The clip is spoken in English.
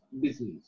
business